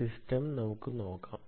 system നമുക്ക് നോക്കാം